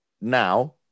now